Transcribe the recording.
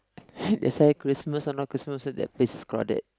that's why why Christmas or not Christmas also that place is crowded